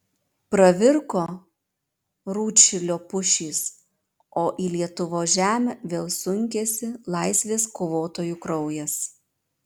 pravirko rūdšilio pušys o į lietuvos žemę vėl sunkėsi laisvės kovotojų kraujas